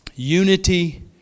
Unity